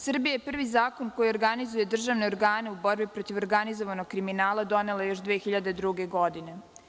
Srbija je prvi zakon koji organizuje državne organe u borbi protiv organizovanog kriminala donela je još 2002. godine.